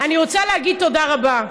אני רוצה להגיד תודה רבה,